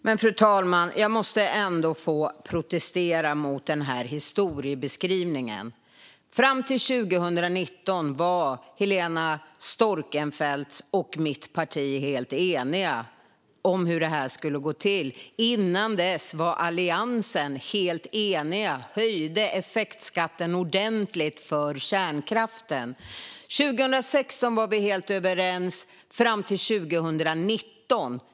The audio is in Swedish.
Fru talman! Jag måste ändå få protestera mot historiebeskrivningen. Fram till 2019 var Helena Storckenfeldts och mitt parti helt eniga om hur det här skulle gå till. Innan dess var Alliansen helt enig och höjde effektskatten ordentligt för kärnkraften. År 2016 och fram till 2019 var vi helt överens.